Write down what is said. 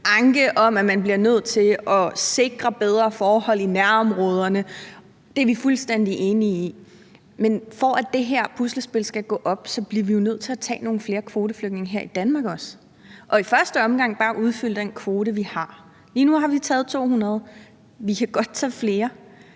om, at man bliver nødt til at sikre bedre forhold i nærområderne. Det er vi fuldstændig enige i. Men for at det her puslespil skal gå op, bliver vi jo nødt til også at tage nogle flere kvoteflygtninge her i Danmark og i første omgang bare opfylde den kvote, vi har. Lige nu har vi taget 200, vi kan godt tage flere.